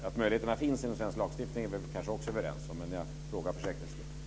Att möjligheterna finns inom svensk lagstiftning är vi kanske också överens om, men jag frågar för säkerhets skull.